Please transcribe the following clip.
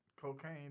cocaine